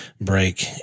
break